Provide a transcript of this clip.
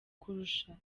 kurusha